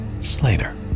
Slater